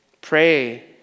Pray